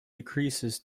decreases